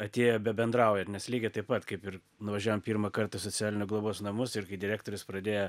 atėjo bebendraujant nes lygiai taip pat kaip ir nuvažiuojam pirmą kartą socialinio globos namus ir kai direktorius pradėjo